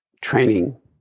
training